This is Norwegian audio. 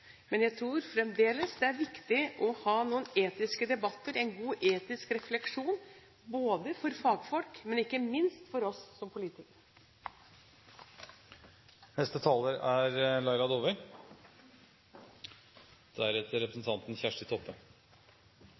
Men jeg tror fremdeles det er viktig å ha noen etiske debatter og en god etisk refleksjon både for fagfolk og ikke minst for oss som politikere.